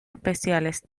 especiales